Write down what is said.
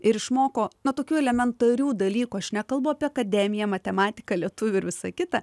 ir išmoko na tokių elementarių dalykų aš nekalbu akademiją matematiką lietuvių ir visa kita